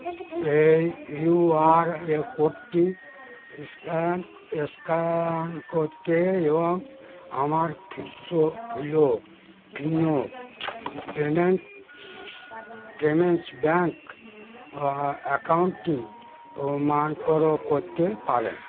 এই ইউ আর এ কোডটি স্ক্যান স্ক্যান করতে এবং আমার ফিসো Fino Fino payment payments bank অ্যাকাউন্টটি প্রমাণকর করতে পারেন